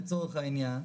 לצורך העניין,